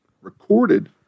recorded